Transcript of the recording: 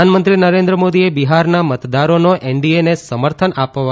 પ્રધાનમંત્રી નરેન્દ્ર મોદીએ બિહારના મતદારોનો એનડીએને સમર્થન આપવા